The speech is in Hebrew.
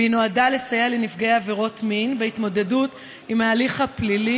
והיא נועדה לסייע לנפגעי עבירות מין בהתמודדות עם ההליך הפלילי